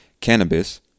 cannabis